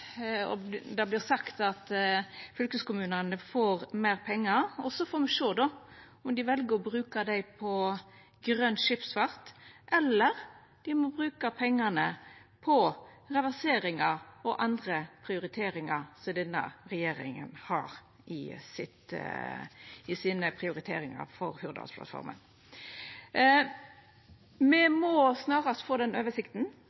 Det vert sagt at fylkeskommunane får meir pengar. Me får sjå om dei vel å bruka dei på grøn skipsfart, eller om dei må bruka pengane på reverseringar og andre prioriteringar denne regjeringa har i Hurdalsplattforma. Me må snarast få den oversikta over kva ruter og innkjøp som kan verta omfatta av ordninga. Me